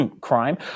Crime